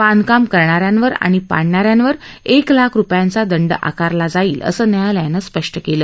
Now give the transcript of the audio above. बांधकाम करणाऱ्यांवर आणि पाडणा यांवर एक लाख रुपयांचा दंड आकारला जाईल असं न्यायालयानं स्पष् केलं